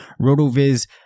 Rotoviz